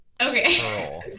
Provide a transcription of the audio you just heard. okay